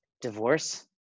divorce